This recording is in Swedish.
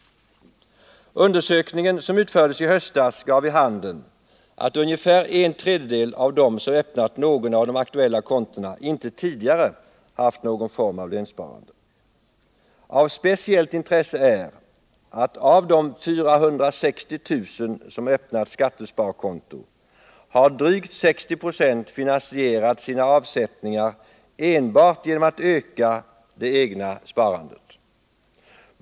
Undersökningen som utfördes i höstas gav vid handen att ungefär en tredjedel av dem som öppnat något av de aktuella kontona inte tidigare haft någon form av lönsparande. Av speciellt intresse är att av de 460 000 som öppnat skattesparkonto har drygt 60 96 finansierat sina avsättningar enbart genom att öka det egna sparandet.